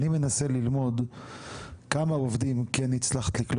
אני מנסה ללמוד כמה עובדים כן הצלחת לקלוט